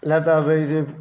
लैता भाई ते